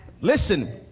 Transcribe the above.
listen